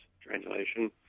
translation